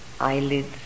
eyelids